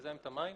מזהם את המים.